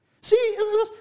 See